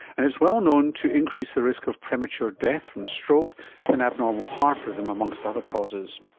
and it's well known to increase the risk of premature death from stroke and abnormal heart rhythm, amongst other causes.